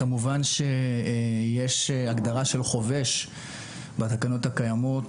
כמובן שיש הגדרה של חובש בהגדרות הקיימות